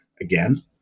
again